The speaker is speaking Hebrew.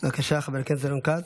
בבקשה, חבר הכנסת רון כץ.